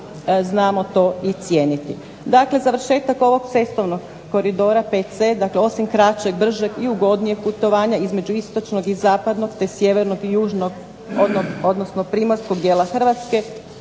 znamo to i cijeniti. Dakle, završetak ovog cestovnog koridora VC, dakle osim kraćeg, bržeg i ugodnijeg putovanja između istočnog i zapadnog te sjevernog i južnog, odnosno primorskog dijela Hrvatske